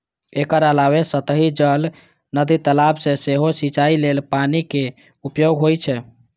एकर अलावे सतही जल, नदी, तालाब सं सेहो सिंचाइ लेल पानिक उपयोग होइ छै